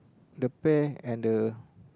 the pear and the